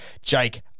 Jake